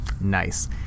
Nice